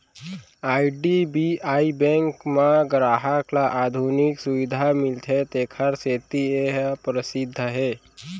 IDBI bank म गराहक ल आधुनिक सुबिधा मिलथे तेखर सेती ए ह परसिद्ध हे